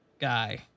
guy